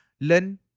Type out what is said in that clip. learn